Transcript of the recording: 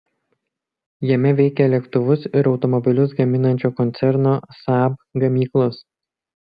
jame veikia lėktuvus ir automobilius gaminančio koncerno saab gamyklos